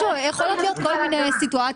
יכולות להיות כל מיני סיטואציות.